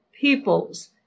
peoples